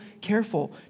careful